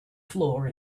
floor